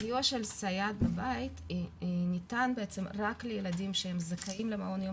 הסיוע של סייעת בית ניתן בעצם רק לילדים שהם זכאים למעון יום